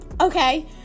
okay